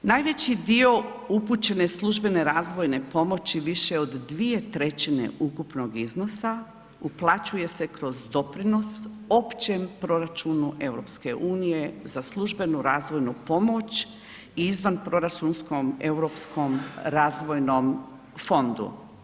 Najveći dio upućene službene razvojne pomoći više od 2/3 ukupnog iznosa uplaćuje se kroz doprinos općem proračunu EU za službenu razvojnu pomoć i izvanproračunskom europskom razvojnom fondu.